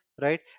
right